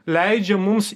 leidžia mums